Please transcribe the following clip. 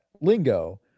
lingo